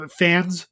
fans